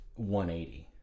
180